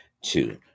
two